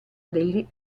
degli